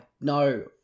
no